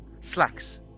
Slacks